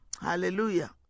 Hallelujah